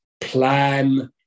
plan